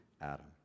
Adam